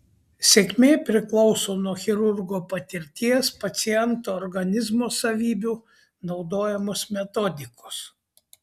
sėkmė priklauso nuo chirurgo patirties paciento organizmo savybių naudojamos metodikos